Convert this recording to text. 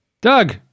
Doug